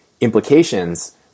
implications